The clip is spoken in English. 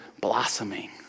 blossoming